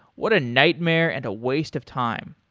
what a nightmare and a waste of time.